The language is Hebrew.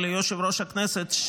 וליושב-ראש הכנסת,